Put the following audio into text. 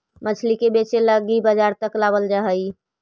मछली के बेचे लागी बजार तक लाबल जा हई